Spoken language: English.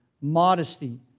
modesty